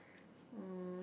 uh